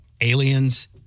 aliens